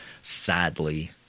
sadly